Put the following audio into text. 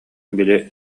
били